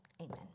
Amen